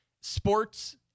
sports